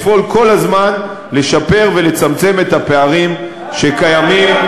לפעול כל הזמן לשפר ולצמצם את הפערים שקיימים,